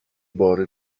بار